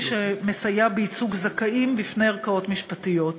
שמסייע בייצוג זכאים בפני ערכאות משפטיות.